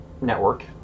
network